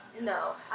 No